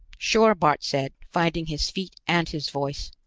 sure, bart said, finding his feet and his voice.